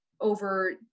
over